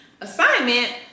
assignment